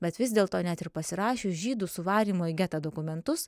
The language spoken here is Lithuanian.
bet vis dėlto net ir pasirašius žydų suvarymo į getą dokumentus